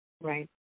Right